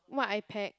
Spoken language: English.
what I pack